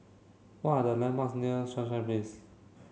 what are the landmarks near Sunshine Place